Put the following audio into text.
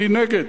אני נגד,